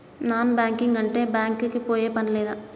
Non banking అంటే bank కి పోయే పని లేదా?